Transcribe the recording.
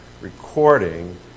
recording